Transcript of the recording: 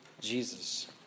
Jesus